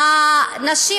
הנשים,